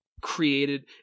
created